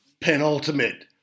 penultimate